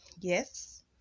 yes